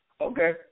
Okay